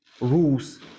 rules